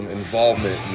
involvement